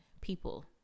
people